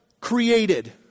created